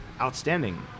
outstanding